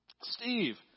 Steve